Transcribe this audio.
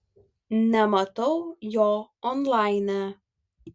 nematau jo onlaine